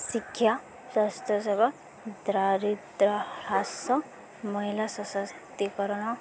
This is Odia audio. ଶିକ୍ଷା ସ୍ୱାସ୍ଥ୍ୟ ସେବା ଦାରିଦ୍ର ହ୍ରାସ ମହିଳା ସଶକ୍ତିକରଣ